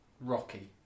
Rocky